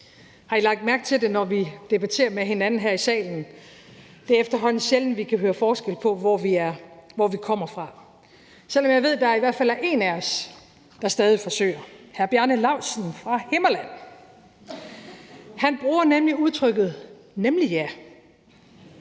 Har I lagt mærke til det, når vi debatterer med hinanden her i salen? Det er efterhånden sjældent, vi kan høre forskel på, hvor vi kommer fra, selv om jeg ved, at der i hvert fald er én af os, der stadig forsøger – hr. Bjarne Laustsen fra Himmerland. Han bruger nemlig udtrykket »nemlig ja«,